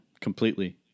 completely